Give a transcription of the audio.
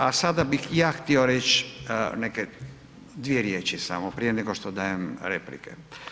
A sada bih ja htio reći neke dvije riječi samo prije nego što dajem replike.